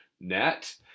net